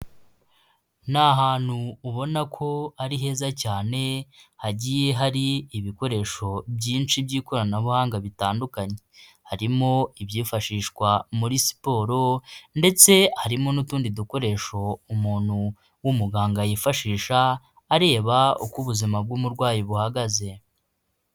Ni ahantu ubona ko ari heza cyane hagiye hari ibikoresho byinshi by'ikoranabuhanga bitandukanye, harimo ibyifashishwa muri siporo ndetse harimo n'utundi dukoresho umuntu w'umuganga yifashisha areba uko ubuzima bw'umurwayi buhagaze.